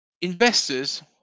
Investors